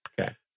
Okay